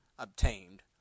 obtained